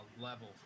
level